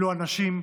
אלו אנשים,